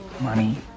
money